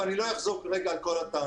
ואני לא אחזור כרגע על כל הטענות.